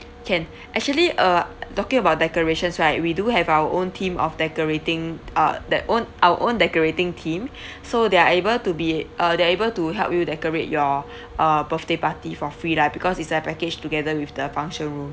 can actually uh talking about decorations right we do have our own team of decorating uh their own our own decorating team so they are able to be uh they are able to help you decorate your uh birthday party for free lah because it's like packaged together with the function room